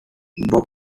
bob